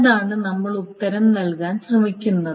അതാണ് നമ്മൾ ഉത്തരം നൽകാൻ ശ്രമിക്കുന്നത്